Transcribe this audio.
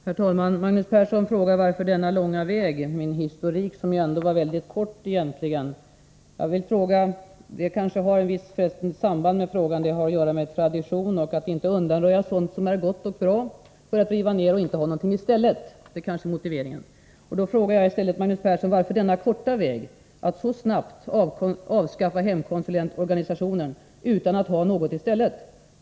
Herr talman! Magnus Persson frågar varför jag gick denna långa väg i min historik, som ändå egentligen var väldigt kort. Det kanske har ett visst samband med frågan om tradition och att inte undanröja sådant som är gott och bra bara för att riva ner och inte ha någonting i stället. Det kan vara motiveringen. Då frågar jag Magnus Persson: Varför denna korta väg att så snabbt avskaffa hemkonsulentorganisationen utan att ha något i stället?